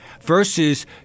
versus